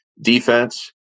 defense